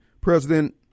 president